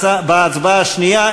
בהצבעה השנייה,